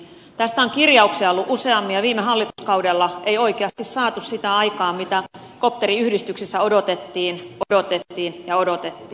tästä on kirjauksia ollut useammin ja viime hallituskaudella ei oikeasti saatu sitä aikaan mitä kopteriyhdistyksissä odotettiin odotettiin ja odotettiin